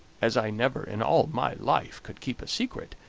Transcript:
as i never in all my life could keep a secret,